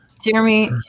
Jeremy